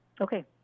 Okay